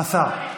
השר,